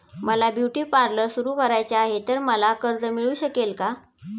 मला beauty parlour सुरू करायचे आहे तर मला कर्ज मिळू शकेल का?